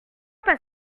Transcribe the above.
pas